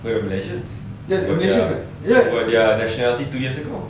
then I'm like but ya their nationality two years ago